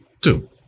Two